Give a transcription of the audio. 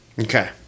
Okay